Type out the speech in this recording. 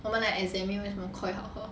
我们来 examine 为什么 Koi 好喝